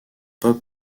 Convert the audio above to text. pop